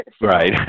Right